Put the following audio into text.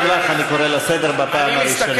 גם אותך אני קורא לסדר בפעם הראשונה.